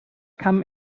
kamen